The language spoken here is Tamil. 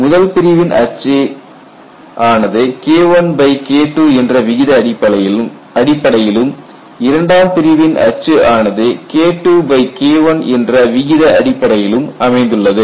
முதல் பிரிவின் அச்சு ஆனது KIKII என்ற விகித அடிப்படையிலும் இரண்டாம் பிரிவின் அச்சு ஆனது KIIKI என்ற விகித அடிப்படையிலும் அமைந்துள்ளது